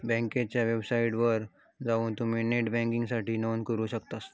बँकेच्या वेबसाइटवर जवान तुम्ही नेट बँकिंगसाठी नोंदणी करू शकतास